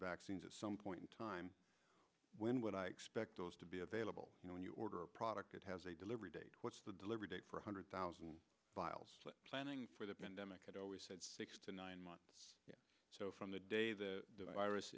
vaccines at some point in time when would i expect those to be available you know when you order a product that has a delivery date what's the delivery date for one hundred thousand vials planning for the pandemic it always said six to nine months so from the day the virus